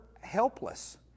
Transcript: helpless